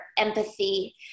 empathy